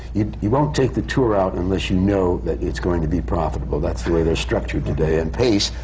you you won't take the tour out unless you know that it's going to be profitable. that's the way they're structured today. and pace,